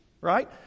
right